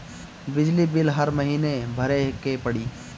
बिजली बिल हर महीना भरे के पड़ी?